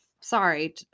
Sorry